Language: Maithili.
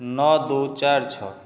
नओ दू चारि छओ